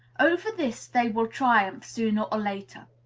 over this they will triumph, sooner or later.